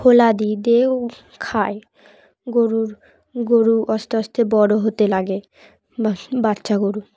খোলা দিই দিয়ে ও খায় গরুর গরু আস্তে আস্তে বড়ো হতে লাগে বা বাচ্চা গরু